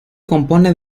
compone